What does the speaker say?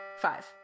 five